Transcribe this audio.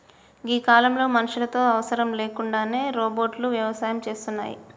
గీ కాలంలో మనుషులతో అవసరం లేకుండానే రోబోట్లు వ్యవసాయం సేస్తున్నాయి